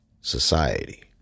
society